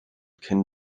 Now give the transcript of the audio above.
cyn